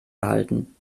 behalten